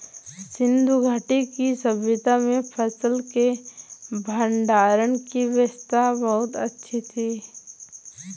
सिंधु घाटी की सभय्ता में फसल के भंडारण की व्यवस्था बहुत अच्छी थी